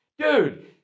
Dude